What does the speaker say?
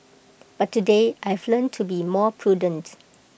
but today I've learnt to be more prudent